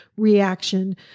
reaction